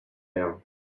air